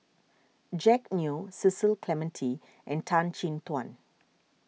Jack Neo Cecil Clementi and Tan Chin Tuan